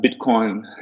Bitcoin